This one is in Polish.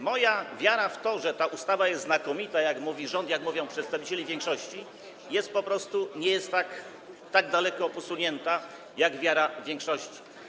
Moja wiara w to, że ta ustawa jest znakomita, jak mówi rząd, jak mówią przedstawiciele większości, nie jest tak daleko posunięta jak wiara większości.